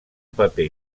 paper